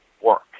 work